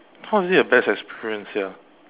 how is it a best experience here